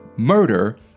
Murder